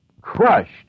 crushed